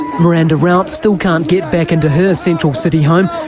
miranda rout still can't get back into her central city home.